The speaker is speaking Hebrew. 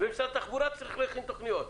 ומשרד התחבורה צריך להכין תוכניות.